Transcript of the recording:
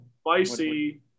Spicy